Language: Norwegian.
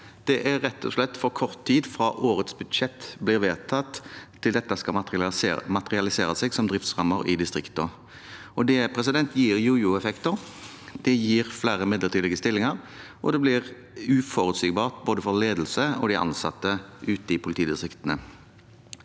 Det er rett og slett for kort tid fra årets budsjett blir vedtatt, til dette skal materialisere seg som driftsrammer i distriktene. Det gir jojoeffekter, det gir flere midlertidige stillinger, og det blir uforutsigbart både for ledelse og for de ansatte ute i politidistriktene.